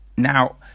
now